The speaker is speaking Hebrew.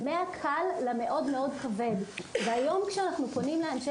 מהקל למאוד מאוד כבד והיום כשאנחנו פונים לאנשי